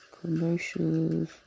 commercials